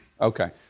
Okay